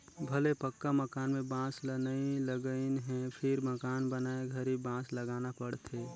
भले पक्का मकान में बांस ल नई लगईंन हे फिर मकान बनाए घरी बांस लगाना पड़थे